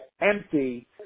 empty